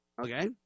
okay